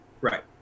right